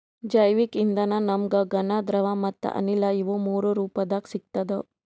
ಜೈವಿಕ್ ಇಂಧನ ನಮ್ಗ್ ಘನ ದ್ರವ ಮತ್ತ್ ಅನಿಲ ಇವ್ ಮೂರೂ ರೂಪದಾಗ್ ಸಿಗ್ತದ್